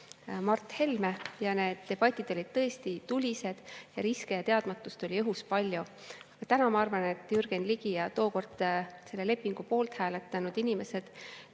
Mart Helme, need debatid olid tõesti tulised, riske ja teadmatust oli õhus palju. Täna ma arvan, et Jürgen Ligi ja tookord selle lepingu poolt hääletanud inimesed